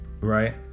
right